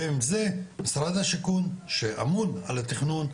ועם זה משרד השיכון שאמון על התכנון,